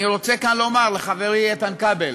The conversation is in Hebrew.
אני רוצה לומר כאן לחברי איתן כבל: